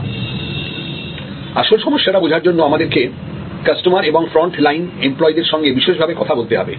আসল সমস্যাটা বোঝার জন্য আমাদেরকে কাস্টমার এবং ফ্রন্টলাইন এমপ্লয়ীদের সঙ্গে বিশদ ভাবে কথা বলতে হবে